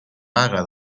vaga